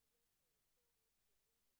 אבל ברגע שיש ייעוד לחברה גם בנושא של שעות אני מצטרף